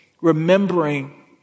remembering